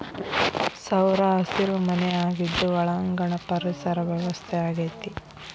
ಸೌರಹಸಿರು ಮನೆ ಆಗಿದ್ದು ಒಳಾಂಗಣ ಪರಿಸರ ವ್ಯವಸ್ಥೆ ಆಗೆತಿ